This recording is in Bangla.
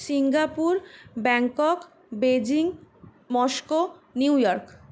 Singapore Bangkok Beijing Moscow New York